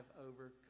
overcome